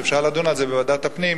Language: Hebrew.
שאפשר לדון על זה בוועדת הפנים,